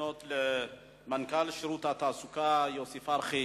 לפנות אל מנכ"ל שירות התעסוקה יוסי פרחי.